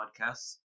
Podcasts